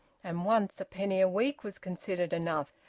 and once a penny a week was considered enough,